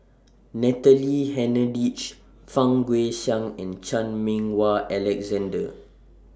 Natalie Hennedige Fang Guixiang and Chan Meng Wah Alexander